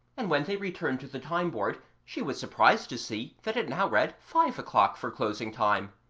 and when they returned to the time-board she was surprised to see that it now read five o'clock for closing-time.